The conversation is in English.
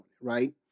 right